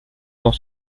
dans